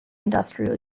industrial